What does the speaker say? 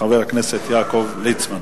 חבר הכנסת יעקב ליצמן.